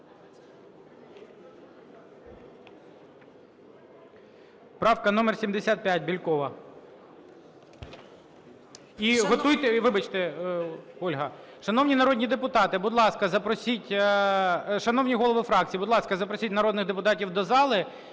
Шановні голови фракцій, будь ласка, запросіть народних депутатів до зали,